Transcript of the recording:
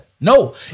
No